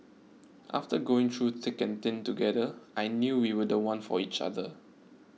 after going through thick and thin together I knew we were the one for each other